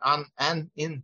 an en in